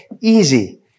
easy